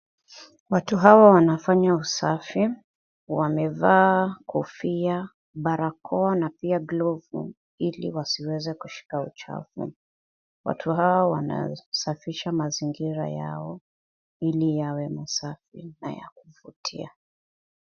Watu hawa wanafanya usafi, wamevaa kofia, barakoa na pia glovu ili wasiweze kushika uchafu. Watu hawa wanasafisha mazingira yao ili yawe masafi na ya kuvutia.